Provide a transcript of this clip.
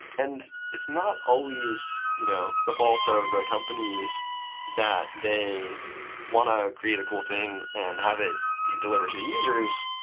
and it's not always you know the fault of the companies that they want to create a cool thing and have it delivered to the users.